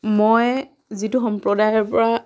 মই যিটো সম্প্ৰদায়ৰ পৰা